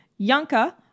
yanka